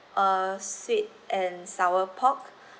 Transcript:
uh sweet and sour pork